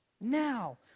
Now